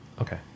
Okay